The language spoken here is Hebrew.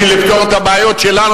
בשביל לפתור את הבעיות שלנו,